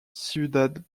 ciudad